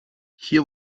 hier